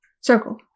Circle